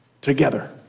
together